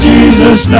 Jesus